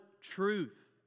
truth